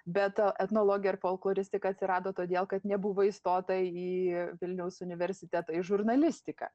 bet etnologija ir folkloristika atsirado todėl kad nebuvo įstota į vilniaus universitetą į žurnalistiką